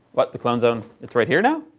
what? the clone zone it's right here now?